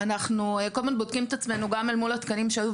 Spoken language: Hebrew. אנחנו כל הזמן בודקים את עצמנו גם אל מול תקנים שהיו,